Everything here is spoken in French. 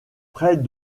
près